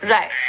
Right